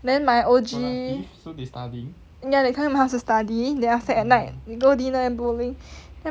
then my O_G ya they coming my house to study then after that at night go dinner and bowling